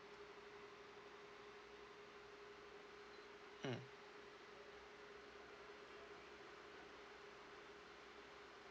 mm